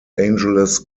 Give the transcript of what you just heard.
angeles